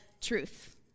Truth